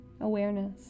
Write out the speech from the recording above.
awareness